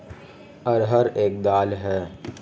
अरहर एक दाल है